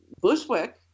Bushwick